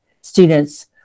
students